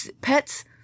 pets